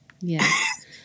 Yes